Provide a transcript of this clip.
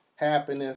Happiness